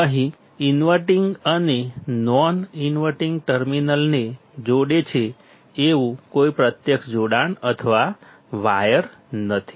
અહીં ઇનવર્ટીંગ અને non inverting ટર્મિનલને જોડે છે એવું કોઈ પ્રત્યક્ષ જોડાણ અથવા વાયર નથી